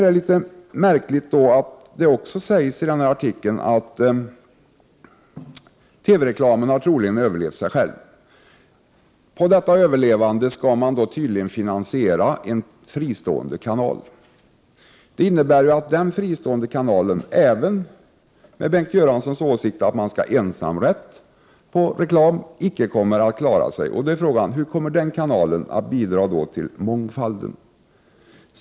Det är märkligt att det också sägs i artikeln att TV-reklamen troligen överlevt sig själv. På detta överlevande skall man tydligen finansiera en fristående kanal! Det innebär att den fristående kanalen — även med Bengt Göranssons åsikt att man skall ha ensamrätt på reklam — icke kommer att klara sig. Hur kan då den kanalen bidra till mångfalden?